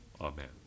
Amen